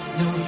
no